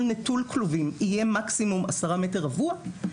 נטול כלובים יהיה מקסימום 10 מטרים רבועים,